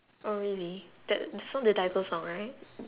oh really that that song the title song right